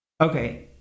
Okay